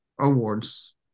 Awards